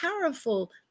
powerful